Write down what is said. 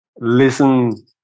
listen